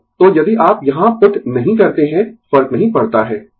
तो तो यदि आप यहाँ पुट नहीं करते है फर्क नहीं पड़ता है